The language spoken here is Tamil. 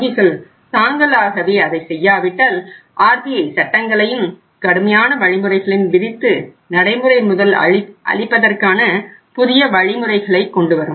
வங்கிகள் தாங்களாகவே அதை செய்யாவிட்டால் RBI சட்டங்களையும் கடுமையான வழிமுறைகளையும் விதித்து நடைமுறை முதல் அளிப்பதற்கான புதிய வழிமுறைகளை கொண்டுவரும்